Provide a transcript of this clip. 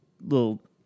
Little